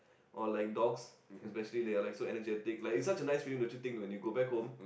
or like dogs especially they are like so energetic like it's such a nice feeling don't you think when you go back home